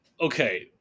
okay